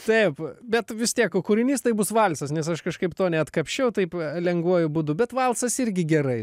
taip bet vis tiek kūrinys tai bus valsas nes aš kažkaip to neatkapsčiau taip lengvuoju būdu bet valsas irgi gerai